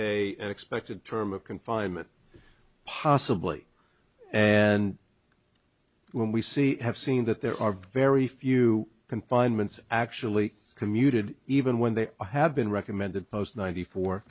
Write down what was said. a expected term of confinement possibly and when we see have seen that there are very few confinements actually commuted even when they have been recommended post ninety four